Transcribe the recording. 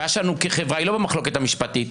הבעיה שלנו כחברה היא לא במחלוקת המשפטית,